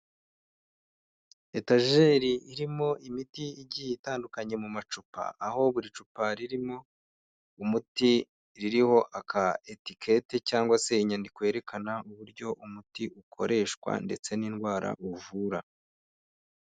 Etajeri irimo imiti igiye itandukanye mu macupa aho buri cupa ririmo umuti, ririho aka etikete cyangwa se inyandiko yerekana uburyo umuti ukoreshwa ndetse n'indwara uvura.